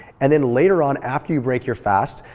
and then later on, after you break your fast,